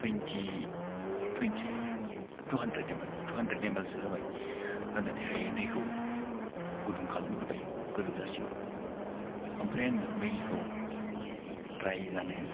twenty twenty two hundred M L two hundred एमएलसो होबाय होनानैहाय दैखौ गुदुं खालामग्रोबाय गोदौजासिम ओमफ्राय आङो मेगिखौ ड्राइ जानो